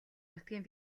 нутгийн